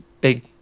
big